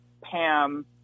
Pam